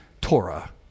Torah